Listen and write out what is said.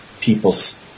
people's